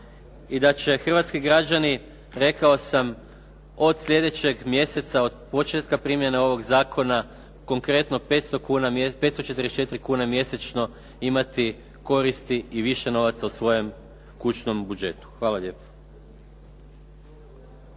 i da će hrvatski građani rekao sam od sljedećeg mjeseca od početka primjene ovog zakona konkretno 544 kune mjesečno imati koristi i više novaca u svojem kućnom budžetu. Hvala lijepo.